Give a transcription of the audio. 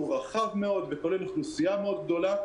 רחב מאוד וכולל אוכלוסייה מאוד גדולה,